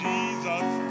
Jesus